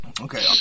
Okay